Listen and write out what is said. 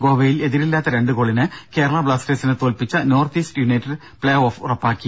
ഗോവയിൽ എതിരില്ലാത്ത രണ്ട് ഗോളിന് കേരള ബ്ലാസ്റ്റേഴ്സിനെ തോൽപ്പിച്ച നോർത്ത് ഈസ്റ്റ് യുണൈറ്റഡ് പ്ലേഓഫ് ഉറപ്പാക്കി